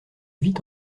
vit